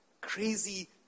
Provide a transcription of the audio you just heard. Crazy